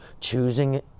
choosing